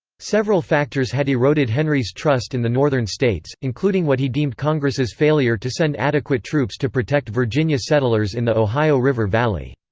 several factors had eroded henry's trust in the northern states, including what he deemed congress's failure to send adequate troops to protect virginia settlers in the ohio river valley.